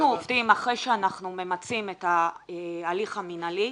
אחרי שאנחנו ממצים את ההליך המינהלי,